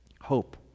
Hope